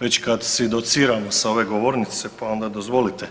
već kad si dociramo sa ove govornice, pa onda dozvolite.